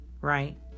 right